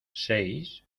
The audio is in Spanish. seis